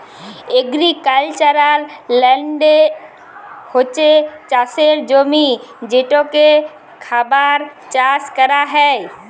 agricultural land হছে চাষের জমি যেটতে খাবার চাষ ক্যরা হ্যয়